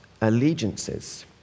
allegiances